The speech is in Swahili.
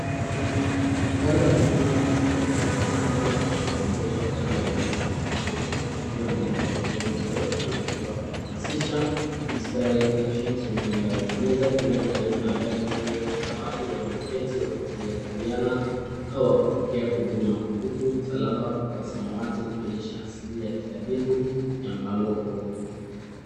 Gari la huduma ya afya ya kuhamahama, limeegeshwa kando ya eneo lenye nyasi, likiwa na nebo ya BEYON ZERO, na ujumbe wa kuhamashisha, INSPIRING ACTIONS CHANGING LIVES, meza iliyo karibu na gari hiyo ina watu walioketi wakijadiliana au wakipokea huduma. Huku msalaba wa samawati ukionyesha asili ya kitabibu ya mpango huo.